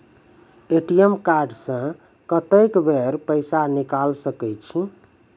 ATM card से कत्तेक बेर पैसा निकाल सके छी?